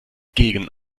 gegen